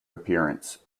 appearance